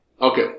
okay